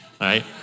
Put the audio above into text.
right